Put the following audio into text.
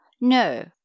no